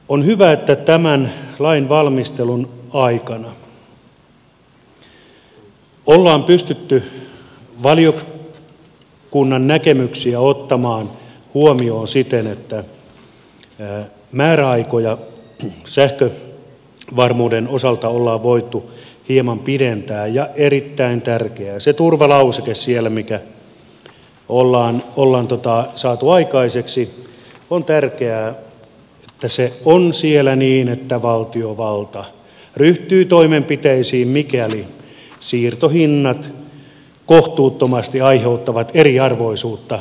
on hyvä että tämän lain valmistelun aikana ollaan pystytty valiokunnan näkemyksiä ottamaan huomioon siten että määräaikoja sähkövarmuuden osalta ollaan voitu hieman pidentää ja erittäin tärkeää se turvalauseke siellä joka ollaan saatu aikaiseksi on tärkeää että se on siellä niin että valtiovalta ryhtyy toimenpiteisiin mikäli siirtohinnat kohtuuttomasti aiheuttavat eriarvoisuutta alueilla